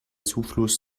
zufluss